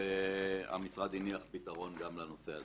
והמשרד הניח פתרון גם לנושא הזה.